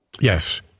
Yes